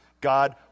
God